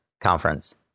conference